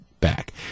back